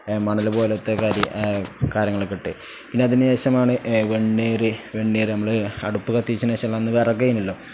മണൽ പോലത്തെ കാര്യം കാര്യങ്ങളൊക്കെ ഇട്ട് പിന്നെ അതിന് ശേഷമാണ് വെണ്ണീർ വെണ്ണീർ നമ്മൾ അടുപ്പ് കത്തിച്ചതിന് ശേഷം അന്ന് വിറകാണല്ലോ